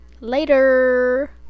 Later